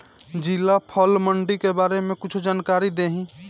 जिला फल मंडी के बारे में कुछ जानकारी देहीं?